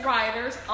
riders